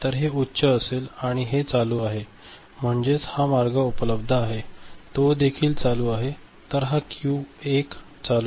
तर हे उच्च असेल आणि हे चालू आहे म्हणजेच हा मार्ग उपलब्ध आहे तो देखील चालू आहे तर हा क्यू 1 चालू आहे